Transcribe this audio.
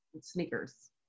Sneakers